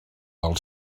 del